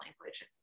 language